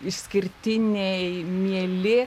išskirtiniai mieli